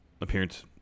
appearance